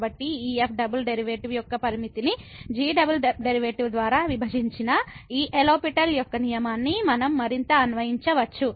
కాబట్టి ఈ f double derivative యొక్క లిమిట్ ని g డబుల్ డెరివేటివ్ ద్వారా విభజించిన ఈ లో పిటెల్ L'Hospital యొక్క నియమాన్ని మనం మరింత అన్వయించవచ్చు